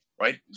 right